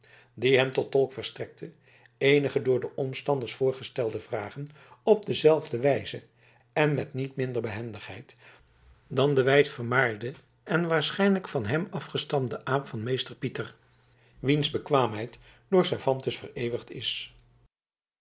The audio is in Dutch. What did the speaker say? die hem tot tolk verstrekte eenige door de omstanders voorgestelde vragen op dezelfde wijze en met niet minder behendigheid dan de wijd vermaarde en waarschijnlijk van hem afgestamde aap van meester pieter wiens bekwaamheid door cervantes vereeuwigd is